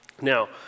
Now